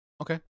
okay